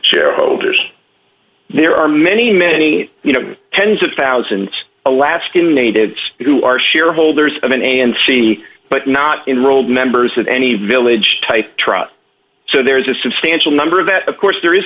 shareholders there are many many you know tens of thousands alaskan natives who are shareholders men and she but not enrolled members of any village type truck so there is a substantial number that of course there is